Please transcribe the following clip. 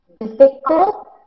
Difficult